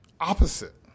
opposite